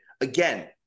Again